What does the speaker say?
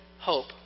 hope